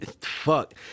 fuck